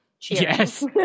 Yes